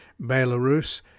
Belarus